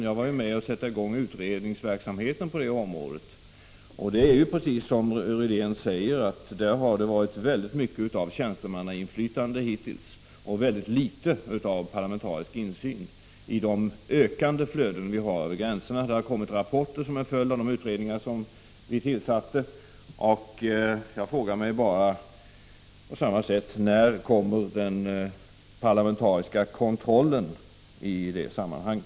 Jag var med och satte i gång utredningsverksamheten på det området, och det är som Rune Rydén säger att där har det hittills varit mycket av tjänstemannainflytande och litet av parlamentarisk insyn i de ökande flöden som vi har över gränserna. Det har kommit rapporter som en följd av de utredningar som vi tillsatte. Jag frågar liksom Rune Rydén: När kommer den parlamentariska kontrollen i det sammanhanget?